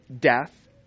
death